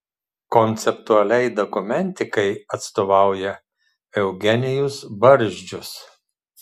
konceptualiai dokumentikai atstovauja eugenijus barzdžius